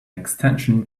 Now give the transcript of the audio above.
extension